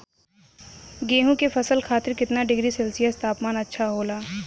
गेहूँ के फसल खातीर कितना डिग्री सेल्सीयस तापमान अच्छा होला?